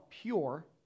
pure